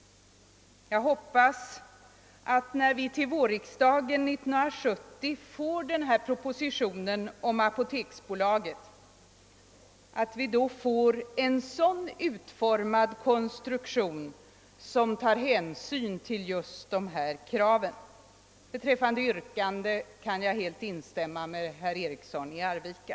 Jag hoppas att i den proposition om apoteksbolaget, som skall föreläggas vårriksdagen 1970, företaget får en konstruktion som tar hänsyn till just dessa krav. Vad beträffar mitt yrkande kan jag helt instämma med herr Eriksson i Arvika.